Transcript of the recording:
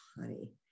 honey